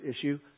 issue